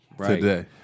today